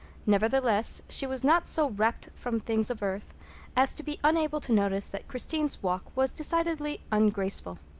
nevertheless, she was not so rapt from things of earth as to be unable to notice that christine's walk was decidedly ungraceful.